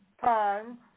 time